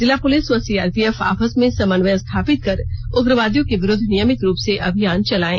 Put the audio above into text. जिला पुलिस व सीआरपीएफ आपस में समन्वय स्थापित कर उग्रवादियों के विरुद्ध नियमित रूप से अभियान चलाएं